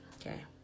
okay